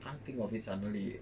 can't think of it suddenly